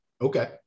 Okay